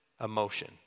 emotion